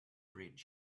bridge